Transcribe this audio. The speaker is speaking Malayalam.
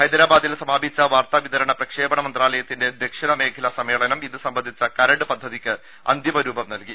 ഹൈദരാബാദിൽ സമാപിച്ച വാർത്താവിതരണ പ്രക്ഷേപണ മന്ത്രാലയത്തിന്റെ ദക്ഷിണ മേഖലാ സമ്മേളനം ഇത് സംബന്ധിച്ച കരട് പദ്ധതിക്ക് അന്തിമ രൂപം നൽകി